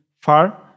far